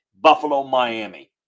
Buffalo-Miami